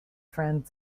friend